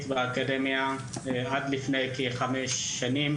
באקדמיה היה נתון עד לפני כחמש שנים